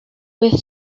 with